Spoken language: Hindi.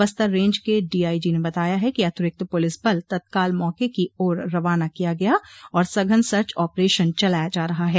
बस्तर रेंज के डीआईजी ने बताया है कि अतिरिक्त पुलिस बल तत्काल मौके की ओर रवाना किया गया और सघन सर्च ऑपरेशन चलाया जा रहा है